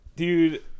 Dude